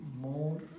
more